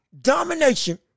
domination